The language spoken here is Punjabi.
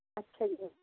ਅੱਛਾ ਜੀ